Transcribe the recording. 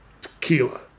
tequila